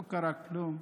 לא קרה כלום,